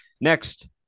next